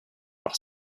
par